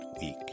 week